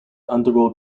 underworld